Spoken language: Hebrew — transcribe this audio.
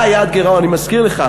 אני מזכיר לך,